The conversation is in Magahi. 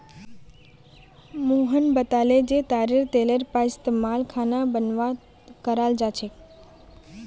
मोहन बताले जे तारेर तेलेर पइस्तमाल खाना बनव्वात कराल जा छेक